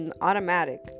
automatic